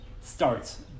starts